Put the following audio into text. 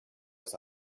was